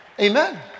Amen